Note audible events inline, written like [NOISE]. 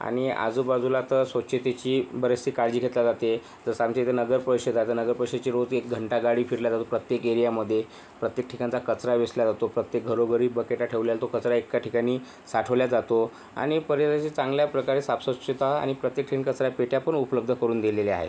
आणि आजूबाजूला तर स्वच्छतेची बरीचशी काळजी घेतली जाते जसं आमच्या इथं नगर परिषद आहे तर नगर परिषदेची रोज एक घंटागाडी फिरवली जाते प्रत्येक एरीयामध्ये प्रत्येक ठिकाणचा कचरा वेचला जातो प्रत्येक घरोघरी बकेटा ठेवल्या जातो कचरा एका ठिकाणी साठवला जातो आणि [UNINTELLIGIBLE] चांगल्या प्रकारे साफ स्वच्छता आणि प्रत्येक ठिकाणी कचरा पेट्या पण उपलब्ध करून दिलेल्या आहेत